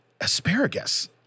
asparagus